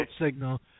signal